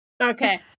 okay